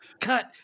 cut